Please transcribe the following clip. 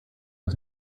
was